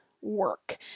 work